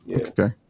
Okay